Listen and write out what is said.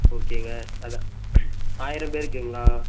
ஓகேங்க அதுதான் ஆயிரம் பேருக்குங்களா